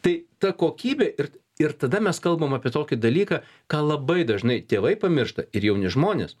tai ta kokybė ir ir tada mes kalbam apie tokį dalyką ką labai dažnai tėvai pamiršta ir jauni žmonės